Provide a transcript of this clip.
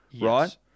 right